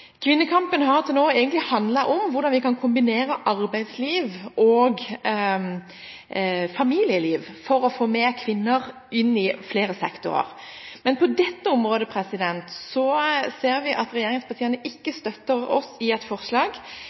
Kvinnekampen har til nå egentlig handlet om hvordan vi kan kombinere arbeidsliv og familieliv for å få med kvinner i flere sektorer. Men på dette området ser vi at regjeringspartiene ikke støtter oss i